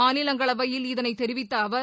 மாநிலங்களவையில் இதனை தெரிவித்த அவர்